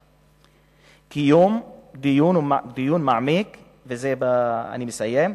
7. קיום דיון מעמיק ובזה אני מסיים,